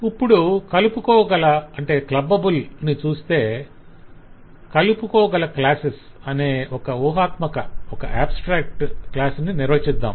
ఇప్పుడు 'clubbable' కలుపుకోగల ని చూస్తే 'కలుపుకోగల క్లాస్' అనే ఒక ఊహాత్మక క్లాస్ ని నిర్వచిద్దాం